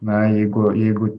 na jeigu jeigu